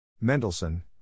Mendelssohn